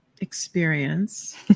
experience